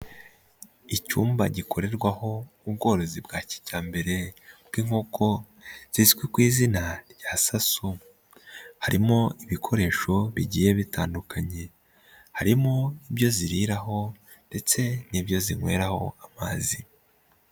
Icyumba gikorerwaho ubworozi bwa kijyambere bw'inkoko, zizwi ku izina rya Sasu. Harimo ibikoresho bigiye bitandukanye. Harimo ibyo ziriraho ndetse n'ibyo zinyweraho amazi.